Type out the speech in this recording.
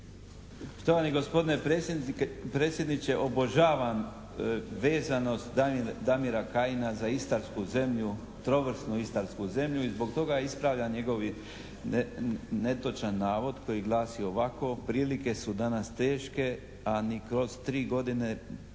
Štovani gospodine predsjedniče, obožavam vezanost Damira Kajin za istarsku zemlju, trovrsnu istarsku zemlju i zbog toga ispravljam njegovi netočan navod koji glasi ovako: "Prilike su danas teške, a ni kroz 3 godine neće